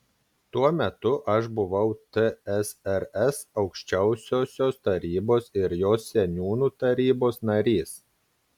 tuo metu aš buvau tsrs aukščiausiosios tarybos ir jos seniūnų tarybos narys